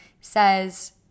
says